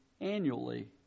annually